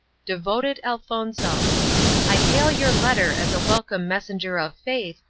devoted elfonzo i hail your letter as a welcome messenger of faith,